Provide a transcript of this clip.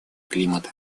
климата